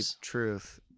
truth